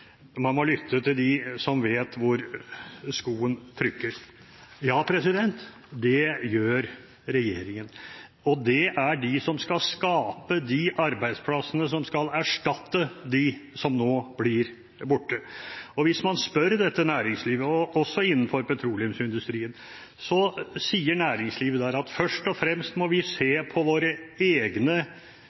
man må lytte til dem som vet hvor skoen trykker. Ja, det gjør regjeringen, og det er de som skal skape de arbeidsplassene som skal erstatte dem som nå blir borte. Hvis man spør dette næringslivet, også det som er innenfor petroleumsindustrien, sier næringslivet der at vi først og fremst må se på våre egne